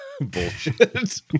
Bullshit